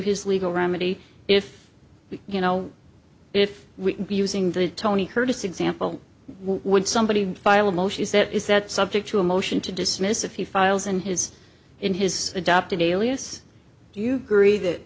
his legal remedy if you know if we are using the tony curtis example would somebody file a motion is that is that subject to a motion to dismiss a few files in his in his adopted alias do you agree that